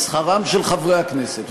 בשכרם של חברי הכנסת.